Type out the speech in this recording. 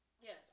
Yes